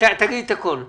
תגיד הכול בבקשה.